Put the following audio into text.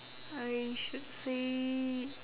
I should say